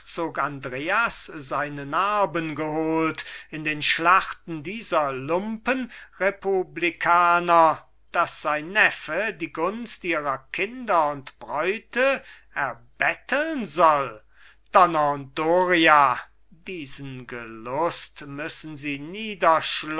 andreas seine narben geholt in den schlachten dieser lumpenrepublikaner daß sein neffe die gunst ihrer kinder und bräute erbetteln soll donner und doria diesen gelust müssen sie